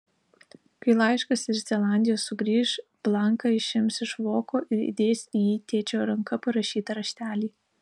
kai laiškas iš zelandijos sugrįš blanką išims iš voko ir įdės į jį tėčio ranka parašytą raštelį